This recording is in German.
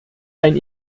ein